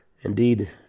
indeed